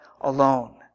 alone